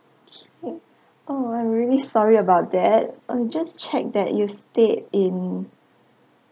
oh I'm really sorry about that ah you just check that you stayed in